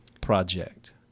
Project